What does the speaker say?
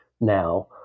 now